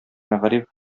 мәгариф